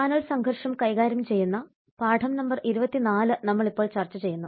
channel സംഘർഷം കൈകാര്യം ചെയ്യുന്ന പാഠം നമ്പർ 24 നമ്മൾ ഇപ്പോൾ ചർച്ച ചെയ്യുന്നു